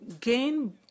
gain